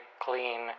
clean